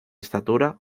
estatura